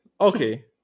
okay